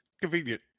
Convenient